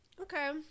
Okay